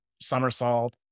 somersault